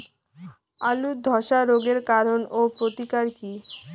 আলুর ধসা রোগের কারণ ও প্রতিকার কি?